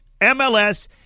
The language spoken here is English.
MLS